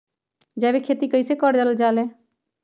जैविक खेती कई से करल जाले?